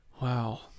Wow